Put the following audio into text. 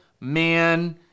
man